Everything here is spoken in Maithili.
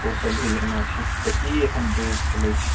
ओ सब भी लेना छै तऽ की एखन रेट चलए छै